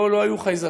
לא, לא היו חייזרים.